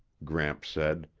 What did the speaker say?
gramps said.